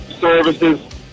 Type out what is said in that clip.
Services